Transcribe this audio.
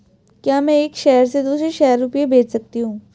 क्या मैं एक शहर से दूसरे शहर रुपये भेज सकती हूँ?